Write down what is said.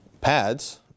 pads